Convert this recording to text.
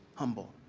humble.